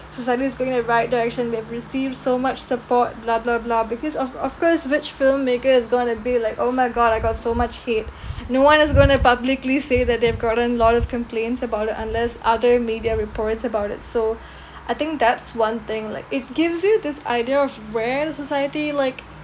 society is going in the right direction we have received so much support blah blah blah because of of course which filmmaker is going to be like oh my god I got so much hate no one is going to publicly say that they've gotten a lot of complaints about it unless other media reports about it so I think that's one thing like it gives you this idea of where the society like